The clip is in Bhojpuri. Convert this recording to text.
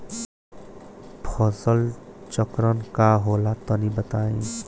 फसल चक्रण का होला तनि बताई?